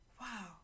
Wow